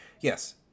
yes